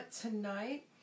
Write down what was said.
Tonight